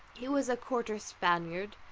he was a quarter spaniard,